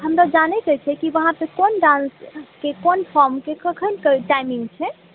हमरा जानैके छै कि उहाँ कोन डान्सके कोन फॉर्मके कखन कऽ टाइमिङ्ग छै